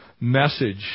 message